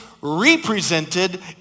represented